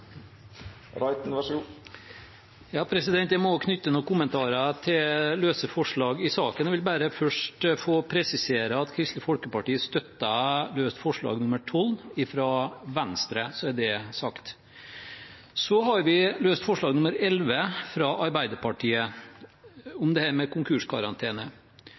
Jeg må også knytte noen kommentarer til løse forslag til saken. Jeg vil bare først få presisere at Kristelig Folkeparti støtter løst forslag nr. 12, fra Venstre – så er det sagt. Så har vi løst forslag nr. 11, fra Arbeiderpartiet, om dette med konkurskarantene.